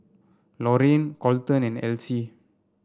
Lorayne Kolten and Elsie